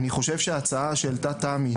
ההצעה שהעלתה תמי,